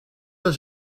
euch